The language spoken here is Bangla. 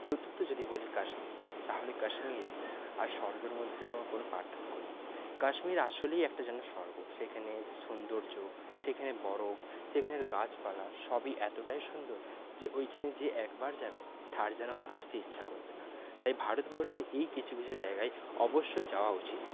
চতুর্থ যদি বলি কাশ্মীর তাহলে কাশ্মীর আর স্বর্গের মধ্যে যেন কোনো পার্থক্য নেই কাশ্মীর আসলেই একটা যেন স্বর্গ সেখানের সৌন্দর্য সেখানে বরফ সেখানের গাছপালা সবই এতটাই সুন্দর যে ওইখানে যে একবার যাবে তার যেন আর আসতে ইচ্ছে করবে না তাই ভারতবর্ষে এই কিছু কিছু জায়গায় অবশ্যই যাওয়া উচিত